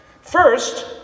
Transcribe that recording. First